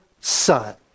son